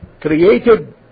created